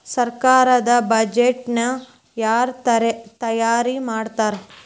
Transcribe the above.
ಸರ್ಕಾರದ್ ಬಡ್ಜೆಟ್ ನ ಯಾರ್ ತಯಾರಿ ಮಾಡ್ತಾರ್?